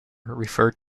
referred